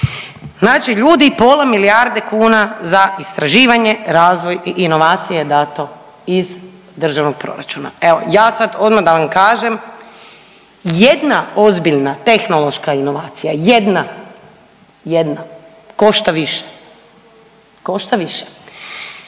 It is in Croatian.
znači ljudi pola milijarde kuna za istraživanje, razvoj i inovacije je dato iz državnog proračuna. Evo ja sam odmah da vam kažem jedna ozbiljna tehnološka inovacija, jedna, jedna košta više, košta više.